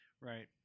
Right